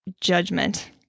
judgment